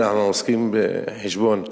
עוסקים בחשבון.